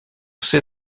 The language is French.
sait